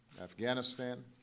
Afghanistan